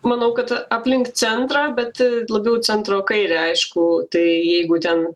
manau kad aplink centrą bet labiau centro kairę aišku tai jeigu ten